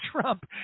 Trump